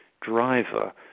driver